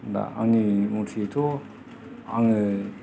दा आंनि मथेथ' आङो